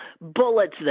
bullets